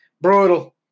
Brutal